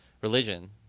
Religion